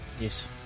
yes